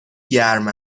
گرم